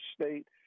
State